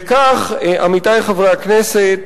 וכך, עמיתי חברי הכנסת,